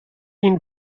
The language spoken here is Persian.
این